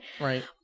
Right